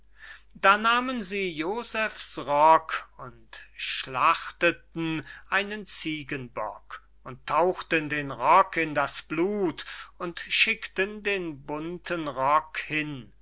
da nahmen sie josephs rock und schlachteten einen ziegenbock und tauchten den rock in das blut und schickten den bunten rock hin